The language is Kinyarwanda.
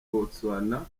botswana